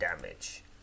damage